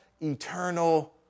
eternal